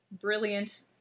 brilliant